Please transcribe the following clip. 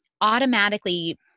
automatically